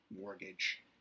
mortgage